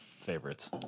favorites